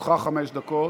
לרשותך חמש דקות.